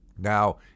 Now